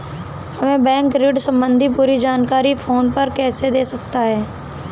हमें बैंक ऋण संबंधी पूरी जानकारी फोन पर कैसे दे सकता है?